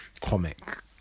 comic